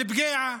באל-בקיע,